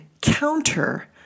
counter